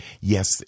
Yes